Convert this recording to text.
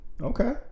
okay